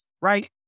Right